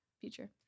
future